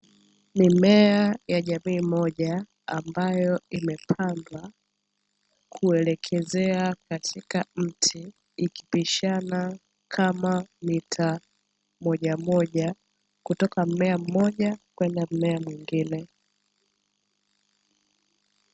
Mimea ya jamii moja ambayo imepandwa, kuelekezea katika mti, ikipishana kama mita moja moja kuelekea katika mmea mmoja hadi mwingine.